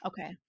Okay